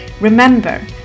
Remember